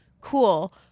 cool